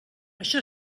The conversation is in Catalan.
això